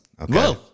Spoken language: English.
okay